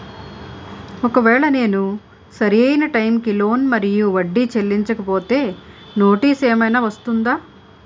ఒకవేళ నేను సరి అయినా టైం కి లోన్ మరియు వడ్డీ చెల్లించకపోతే నోటీసు ఏమైనా వస్తుందా?